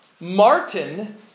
Martin